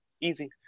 Easy